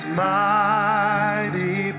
mighty